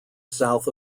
south